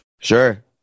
sure